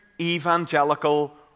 evangelical